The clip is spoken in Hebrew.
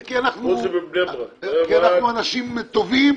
זה כי אנחנו אנשים טובים,